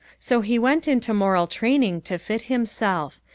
so he went into moral training to fit himself.